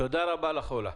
תודה רבה לך, אולה.